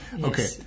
Okay